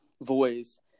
voice